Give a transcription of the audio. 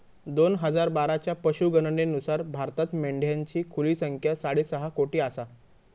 दोन हजार बाराच्या पशुगणनेनुसार भारतात मेंढ्यांची खुली संख्या साडेसहा कोटी आसा